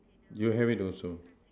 you have it also